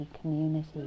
community